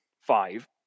five